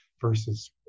versus